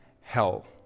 hell